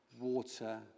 water